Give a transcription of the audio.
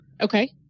Okay